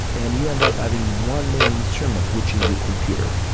and you end up having one main instrument, which is your computer.